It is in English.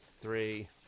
three